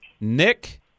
Nick